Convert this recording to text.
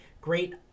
great –